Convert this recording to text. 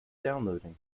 downloading